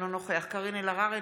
אינו נוכח קארין אלהרר,